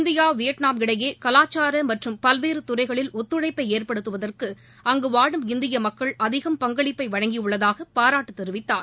India Vietnam இடையே கலாச்சார மற்றும் பல்வேறு துறைகளில் ஒத்துழைப்பை ஏற்படுத்துவதற்கு அங்கு வாழும் இந்திய மக்கள் அதிகம் பங்களிப்பை வழங்கியுள்ளதாக பாராட்டு தெரிவித்தார்